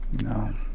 No